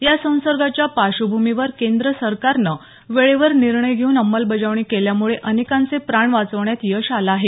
या संसर्गाच्या पार्श्वभूमीवर केंद्र सरकारनं वेळेवर निर्णय घेऊन अंमलबजावणी केल्यामुळे अनेकांचे प्राण वाचवण्यात यश आलं आहे